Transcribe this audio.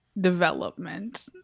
development